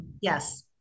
Yes